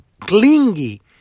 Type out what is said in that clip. clingy